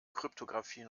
kryptographie